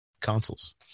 consoles